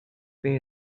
feet